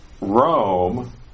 Rome